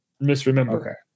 misremember